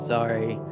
Sorry